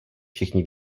všichni